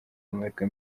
uhabwa